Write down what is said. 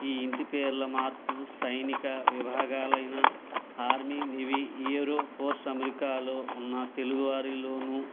ఈ ఇంటి పేర్లు మార్పు సైనిక విభాగాలైన ఆర్మీ నెవీ యూరో ఫోర్స్ అమెరికాలో ఉన్న తెలుగు వారిలోనూ